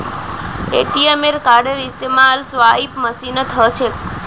ATM कार्डेर इस्तमाल swipe मशीनत ह छेक